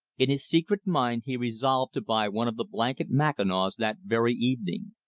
in his secret mind he resolved to buy one of the blanket mackinaws that very evening.